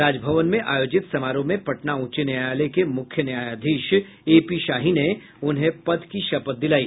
राजभवन में आयोजित समारोह में पटना उच्च न्यायालय के मुख्य न्यायाधीश ए पी शाही ने उन्हें पद की शपथ दिलाई